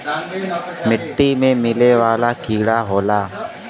मिट्टी में मिले वाला कीड़ा होला